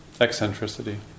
Eccentricity